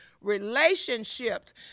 Relationships